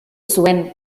zuen